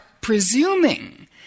presuming